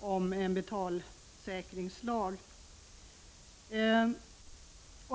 om en betalningssäkringslag.